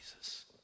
Jesus